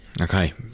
okay